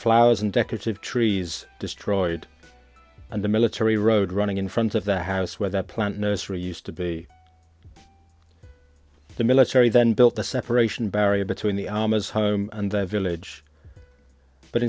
flowers and decorative trees destroyed and the military road running in front of the house where that plant nursery used to be the military then built the separation barrier between the hours home and their village but